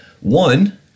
One